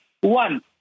One